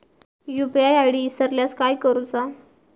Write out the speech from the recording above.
UPI ID इसरल्यास काय करुचा?